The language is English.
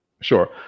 Sure